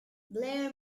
blair